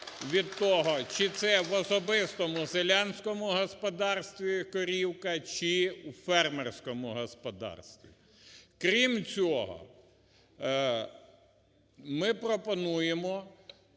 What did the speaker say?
від того, чи це в особистому селянському господарстві корівка, чи в фермерському господарстві. Крім цього, ми пропонуємо